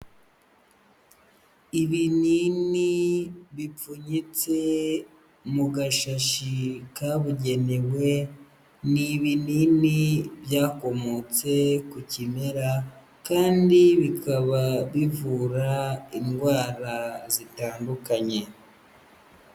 Ibinini bipfunyitse mu gashashi kabugenewe, n'ibinini byakomotse ku kimera kandi bikaba bivura indwara zitandukanye.